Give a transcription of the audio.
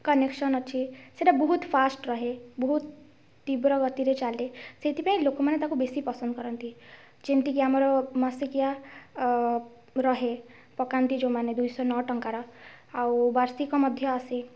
connection ଅଛି ସେଇଟା ବହୁତ ଫାଷ୍ଟ୍ ରହେ ବହୁତ ତୀବ୍ର ଗତିରେ ଚାଲେ ସେଇଥିପାଇଁ ଲୋକମାନେ ତାକୁ ବେଶୀ ପସନ୍ଦ କରନ୍ତି ଯେମତି କି ଆମର ମାସିକିଆ ରହେ ପକାନ୍ତି ଯେଉଁମାନେ ଦୁଇ ଶହ ନଅ ଟଙ୍କାର ଆଉ ବାର୍ଷିକ ମଧ୍ୟ ଆସେ